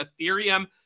Ethereum